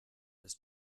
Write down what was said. his